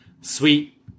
sweet